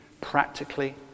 practically